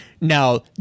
now